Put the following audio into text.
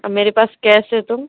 और मेरे पास कैश है तो